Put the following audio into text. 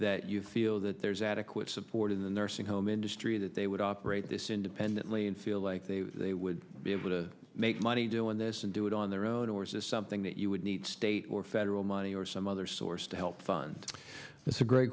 that you feel that there's adequate support in the nursing home industry that they would operate this independently and feel like they would be able to make money doing this and do it on their own or is this something that you would need state or federal money or some other source to help fund it's a great